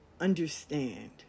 understand